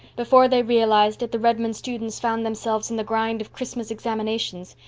before they realized it the redmond students found themselves in the grind of christmas examinations,